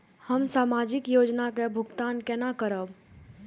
हम सामाजिक योजना के भुगतान केना करब?